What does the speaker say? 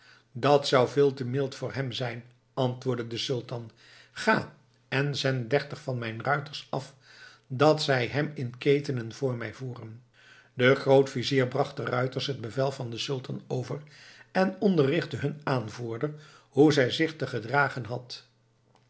dat zou veel te mild voor hem zijn antwoordde de sultan ga en zendt dertig van mijn ruiters af dat zij hem in ketenen voor mij voeren de grootvizier bracht den ruiters het bevel van den sultan over en onderrichtte hun aanvoerder hoe hij zich te gedragen had